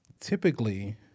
Typically